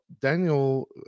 Daniel